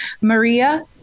Maria